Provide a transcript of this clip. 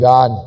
God